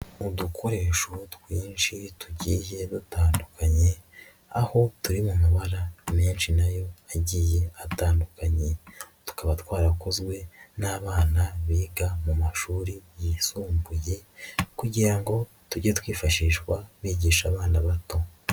Udukoresho twinshi tugiye dutandukanye, aho turi mu mabara menshi nayo agiye atandukanye. Tukaba twarakozwe n'abana biga mu mashuri yisumbuye kugira ngo tujye twifashishwa bigisha abana bato.